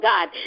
God